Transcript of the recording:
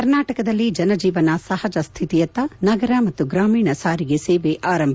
ಕರ್ನಾಟಕದಲ್ಲಿ ಜನಜೀವನ ಸಹಜಸ್ಟಿತಿಯತ್ತ ನಗರ ಮತ್ತು ಗ್ರಾಮೀಣ ಸಾರಿಗೆ ಸೇವೆ ಆರಂಭ